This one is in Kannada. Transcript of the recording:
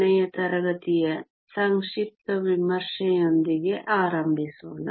ಕೊನೆಯ ತರಗತಿಯ ಸಂಕ್ಷಿಪ್ತ ವಿಮರ್ಶೆಯೊಂದಿಗೆ ಆರಂಭಿಸೋಣ